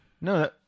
No